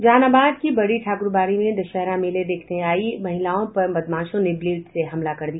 जहानाबाद की बड़ी ठाकुरबाड़ी में दशहरा मेले देखने आयी महिलाओं पर बदमाशों ने ब्लेड से हमला कर दिया